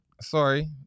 Sorry